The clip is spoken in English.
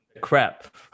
crap